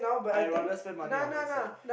I rather spend money on myself